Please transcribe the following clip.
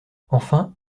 enfin